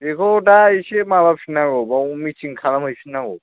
बेखौ दा एसे माबाफिननांगौ बाव मिथिं खालामहैफिननांगौ